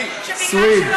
אתה רוצה לרמוס את שלטון החוק.